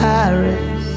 Paris